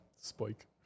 Spike